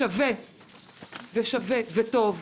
שווה וטוב.